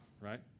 right